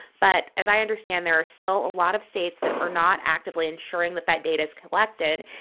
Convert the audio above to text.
but as i understand, there are still a lot of states that are not actively ensuring that that data is collected,